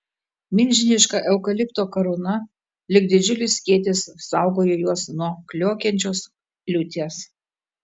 milžiniška eukalipto karūna lyg didžiulis skėtis saugojo juos nuo kliokiančios liūties